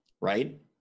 right